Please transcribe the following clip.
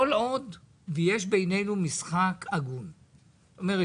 אבל אנחנו רוצים